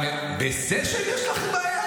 עם "סשן" יש לכם בעיה?